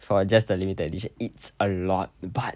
for just a limited edition it's a lot but